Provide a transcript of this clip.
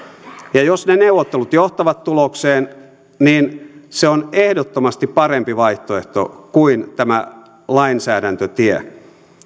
jos ne neuvottelut johtavat tulokseen niin se on ehdottomasti parempi vaihtoehto kuin tämä lainsäädäntötie